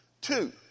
Two